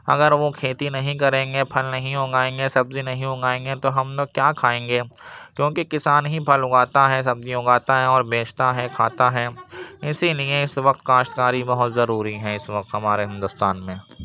اگر وہ کھیتی نہیں کریں گے پھل نہیں اگائیں گے سبزی نہیں اگائیں گے تو ہم لوگ کیا کھائیں گے کیونکہ کسان ہی پھل اگاتا ہے سبزیاں اگاتا ہے اور بیچتا ہے کھاتا ہے اسی لیے اس وقت کاشت کاری بہت ضروری ہیں اس وقت ہمارے ہندوستان میں